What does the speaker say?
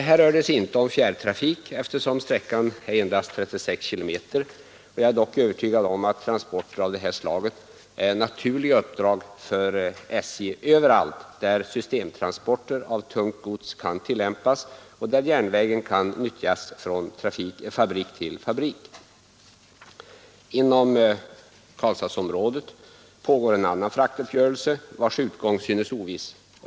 Här rör det sig inte om fjärrtrafik, eftersom sträckan är endast 36 km, men jag är övertygad om att transporter av det här slaget är naturliga uppdrag för SJ överallt där systemtransporter av tungt gods kan tillämpas och där järnvägen kan utnyttjas från fabrik till fabrik. Inom Karlstadsområdet pågår en annan fraktuppgörelse, vars utgång synes oviss.